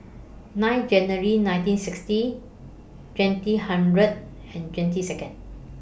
nine January nineteen sixty twenty hundred and twenty Seconds